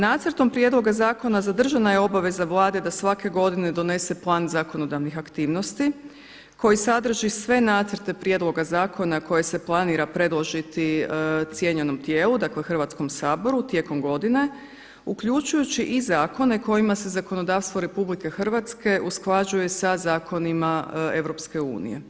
Nacrtom prijedloga zakona zadržana je obaveza Vlade da svake godine donese plan zakonodavnih aktivnosti koji sadrži sve nacrte prijedloga zakona koje se planira predložiti cijenjenom tijelu, dakle Hrvatskom saboru tijekom godine uključujući i zakone kojima se zakonodavstvo Republike Hrvatske usklađuje sa zakonima EU.